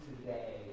today